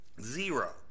Zero